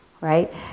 right